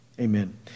Amen